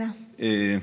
איזושהי נורה אדומה,